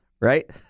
right